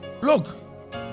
Look